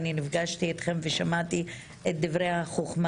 נפגשתי איתכם ושמעתי את דברי החוכמה